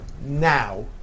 now